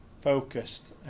Focused